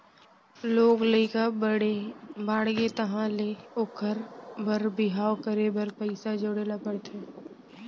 लोग लइका बड़े बाड़गे तहाँ ले ओखर बर बिहाव करे बर पइसा जोड़े ल परथे